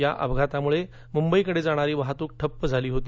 या अपघातामुळे मुंबई कडे जाणारी वाहतून ठप्प झाली होती